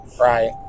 right